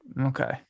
okay